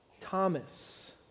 Thomas